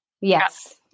yes